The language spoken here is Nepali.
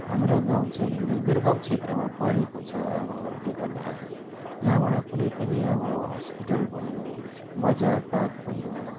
हाम्रो गाउँ चैँ अलिकति दुर्गम क्षेत्रमा परेको छ अब अरूले गर्दाखेरि यहाँबाट कुनै पनि अब हस्पिटल भयो बजारपात भयो